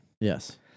yes